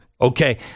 Okay